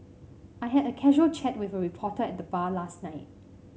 I had a casual chat with a reporter at the bar last night